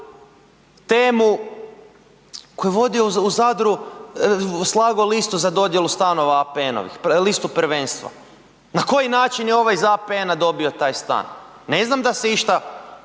temu, koji je slagao u Zadru listu za dodjelu stanova APN-ovih, listu prvenstva. Na koji način je ovaj iz APN-a dobio taj stan? Ne znam da se išta